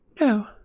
no